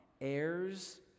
heirs